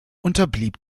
unterblieb